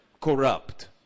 corrupt